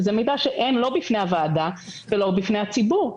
וזה מידע שאין בפני הוועדה ולא בפני הציבור.